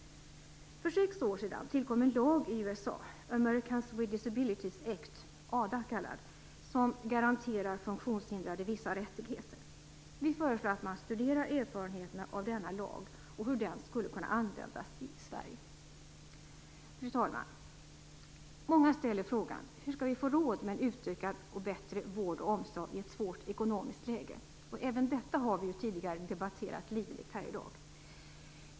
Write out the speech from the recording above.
För sex år sedan tillkom en lag i USA - Americans With Disabilities Act, ADA - som garanterar funktionshindrade vissa rättigheter. Vi föreslår att man studerar erfarenheterna av denna lag och hur den skulle kunna användas i Sverige. Fru talman! Många ställer frågan: Hur skall vi få råd med en utökad och bättre vård och omsorg i ett svårt ekonomiskt läge? Även detta har vi tidigare debatterat livligt här i dag.